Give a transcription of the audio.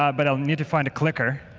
but i need to find a clicker.